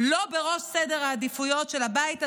לא בראש סדר העדיפויות של הבית הזה,